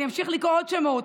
אני אמשיך לקרוא עוד שמות: